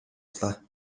авлаа